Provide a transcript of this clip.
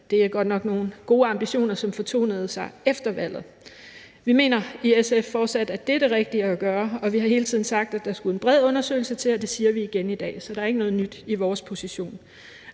Det er godt nok nogle gode ambitioner, som fortonede sig efter valget. Vi mener i SF fortsat, at det er det rigtige at gøre, og vi har hele tiden sagt, at der skulle en bred undersøgelse til, og det siger vi igen i dag, så der er ikke noget nyt i vores position.